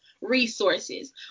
resources